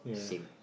same